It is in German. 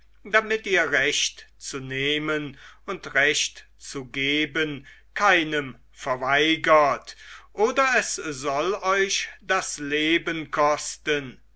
damit ihr recht zu nehmen und recht zu geben keinem verweigert oder es soll euch das leben kosten